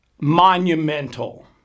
monumental